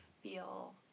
feel